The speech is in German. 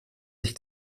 sich